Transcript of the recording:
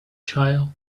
child